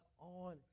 on